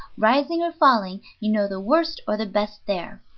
rising or falling, you know the worst or the best there.